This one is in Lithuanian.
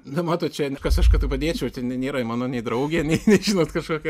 na matot čia kas aš kad padėčiau ten nėra ji mano nei draugė nei nei žinot kažkokia